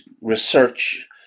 research